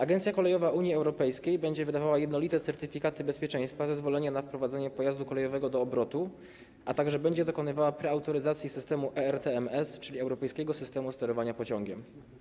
Agencja Kolejowa Unii Europejskiej będzie wydawała jednolite certyfikaty bezpieczeństwa, zezwolenia na wprowadzenie pojazdu kolejowego do obrotu, a także będzie dokonywała preautoryzacji systemu ERTMS czyli Europejskiego Systemu Sterowania Pociągiem.